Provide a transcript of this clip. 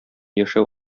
яшәү